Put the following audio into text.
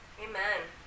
Amen